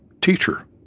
teacher